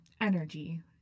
energy